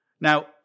Now